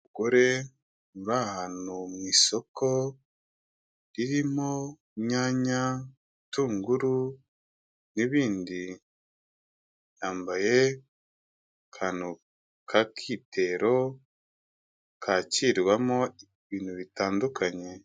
Umugore bahantu mu isoko ririmo inyanya, ibitunguru n'ibindi yambaye akantu k'akitero kakwirwamo ibintu bitandukanye.